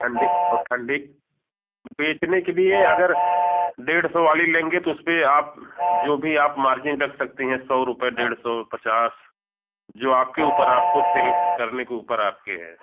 ठंडी और ठंडी बेचने के लिए अगर डेढ़ सौ वाली लेंगे तो उसमें आप जो भी आप मार्जिन रख सकती हैं सौ रुपये डेढ़ सौ पचास जो आपके ऊपर आपको सेल करने के ऊपर आपके है